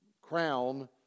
crown